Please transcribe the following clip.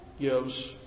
gives